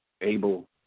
able